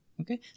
Okay